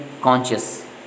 conscious